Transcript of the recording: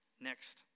next